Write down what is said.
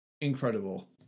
incredible